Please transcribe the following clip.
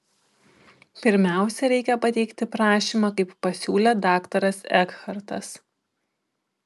pirmiausia reikia pateikti prašymą kaip pasiūlė daktaras ekhartas